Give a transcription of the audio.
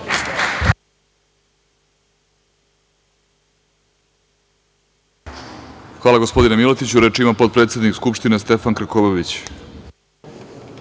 Hvala gospodine Miletiću. Reč ima potpredsednik Skupštine, Stefan Krkobabić.